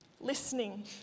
Listening